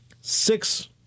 six